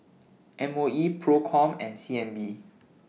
M O E PROCOM and C N B